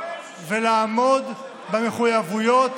ולעמוד במחויבויות,